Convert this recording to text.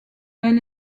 elle